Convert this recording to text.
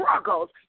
struggles